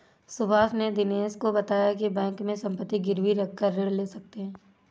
सुभाष ने दिनेश को बताया की बैंक में संपत्ति गिरवी रखकर ऋण ले सकते हैं